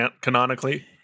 canonically